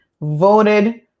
voted